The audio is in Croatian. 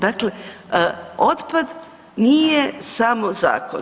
Dakle, otpad nije samo zakon.